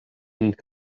une